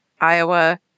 Iowa